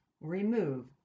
remove